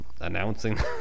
announcing